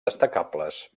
destacables